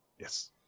Yes